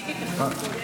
אושר.